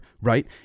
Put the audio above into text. right